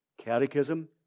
Catechism